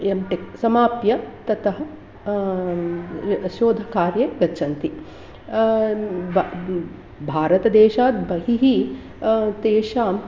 MTech समाप्य ततः शोधकार्यं गच्छन्ति ब भारतदेशात् बहिः तेषाम्